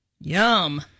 Yum